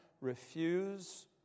refuse